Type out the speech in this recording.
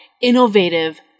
innovative